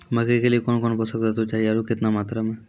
मकई के लिए कौन कौन पोसक तत्व चाहिए आरु केतना मात्रा मे?